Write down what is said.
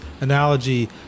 analogy